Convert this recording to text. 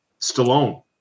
stallone